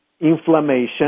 inflammation